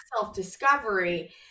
self-discovery